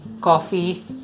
coffee